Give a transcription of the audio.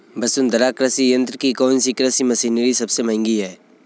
वसुंधरा कृषि यंत्र की कौनसी कृषि मशीनरी सबसे महंगी है?